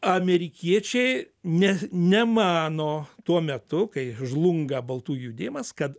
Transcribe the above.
amerikiečiai nė nemano tuo metu kai žlunga baltųjų judėjimas kad